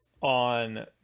on